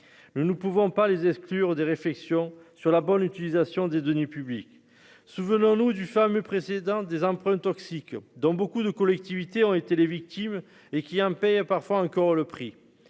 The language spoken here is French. nous pouvons pas les exclure des réflexions sur la bonne utilisation des deniers publics, souvenons-nous du fameux précédent des emprunts toxiques dans beaucoup de collectivités ont été les victimes et qui un pays parfois encore le prix,